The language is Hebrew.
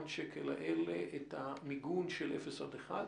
השקלים האלה את המיגון של אפס עד אחד.